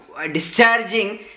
discharging